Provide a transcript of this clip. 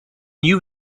you